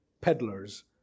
Peddlers